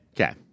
Okay